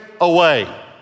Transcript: away